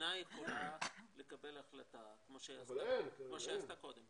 המדינה יכולה לקבל החלטה, כמו שהיא עשתה קודם.